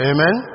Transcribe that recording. Amen